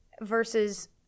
versus